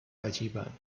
عجیبند